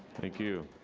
thank you.